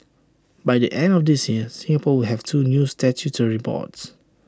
by the end of this year Singapore will have two new statutory boards